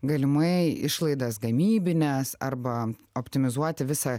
galimai išlaidas gamybines arba optimizuoti visą